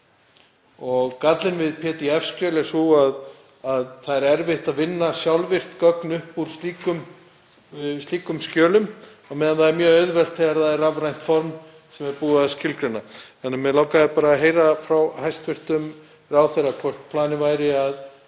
Gallinn við pdf-skjöl er sá að það er erfitt að vinna sjálfvirkt gögn upp úr slíkum skjölum á meðan það er mjög auðvelt þegar þau eru á rafrænu formi sem er búið að skilgreina. Þannig að mig langaði bara að heyra frá hæstv. ráðherra hvort planið væri að